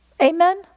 Amen